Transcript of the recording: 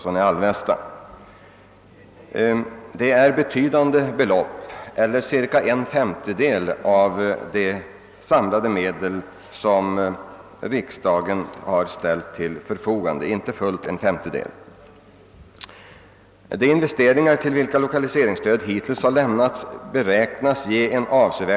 Med anledning av detta skulle jag vilja ställa ett par frågor till statsrådet Moberg.